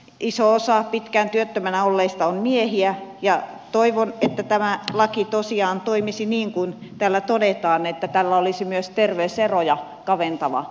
iso osa pitkään työttömänä olleista on miehiä ja toivon että tämä laki tosiaan toimisi niin kuin täällä todetaan että tällä olisi myös terveyseroja kaventava vaikutus